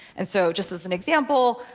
and so just as an example,